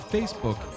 Facebook